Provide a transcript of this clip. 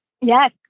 Yes